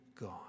God